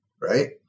right